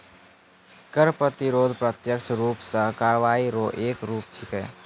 कर प्रतिरोध प्रत्यक्ष रूप सं कार्रवाई रो एक रूप छिकै